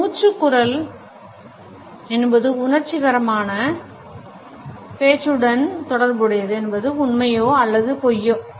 ஒரு மூச்சு குரல் என்பது உணர்ச்சிகரமான பேச்சுடன் தொடர்புடையது என்பது உண்மையோஅல்லது பொய்யோ